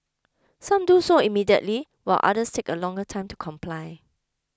some do so immediately while others take a longer time to comply